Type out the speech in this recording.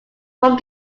from